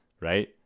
right